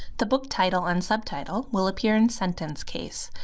the book title and subtitle will appear in sentence case,